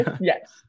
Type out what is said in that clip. Yes